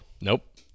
Nope